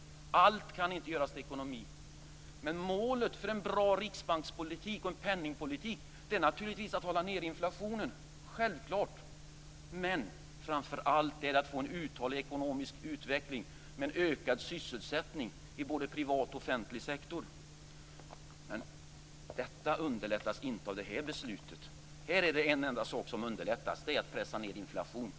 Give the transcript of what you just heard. Allt kan inte göras till ekonomi, men målet för en bra riksbankspolitik och penningpolitik är självklart att hålla inflationen nere. Framför allt gäller det att få en uthållig ekonomisk utveckling med en ökad sysselsättning i både privat och offentlig sektor. Detta underlättas inte av det här beslutet. Här är det en enda sak som underlättas, och det är att pressa ned inflationen.